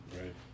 Right